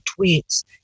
tweets